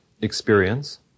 experience